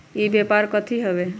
ई व्यापार कथी हव?